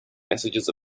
messages